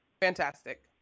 Fantastic